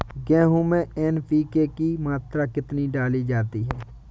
गेहूँ में एन.पी.के की मात्रा कितनी डाली जाती है?